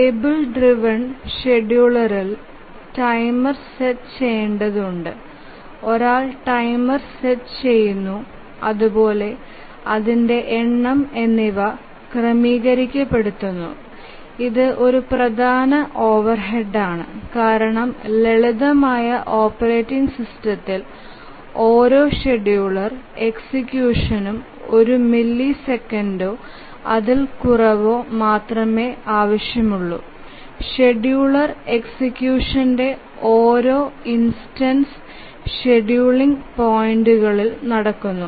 table driven ഷെഡ്യൂളരിൽ timer set ചെയേണ്ടത് ഉണ്ട് ഒരാൾ ടൈമർ സെറ്റ് ചെയുന്നു അതുപോലെ അതിന്ടെ എണ്ണം എന്നിവ ക്രമീകരണപെടുത്തുന്നു ഇത് ഒരു പ്രധാന ഓവർഹെഡാണ് കാരണം ലളിതമായ ഓപ്പറേറ്റിംഗ് സിസ്റ്റത്തിൽ ഓരോ ഷെഡ്യൂളർ എക്സിക്യൂഷനും ഒരു മില്ലിസെക്കൻഡോ അതിൽ കുറവോ മാത്രമേ ആവശ്യമുള്ളൂ ഷെഡ്യൂളർ എക്സിക്യൂഷന്റെ ഓരോ ഇൻസ്റ്റൻസ് ഷെഡ്യൂളിംഗ് പോയിന്റുകളിൽ നടക്കുന്നു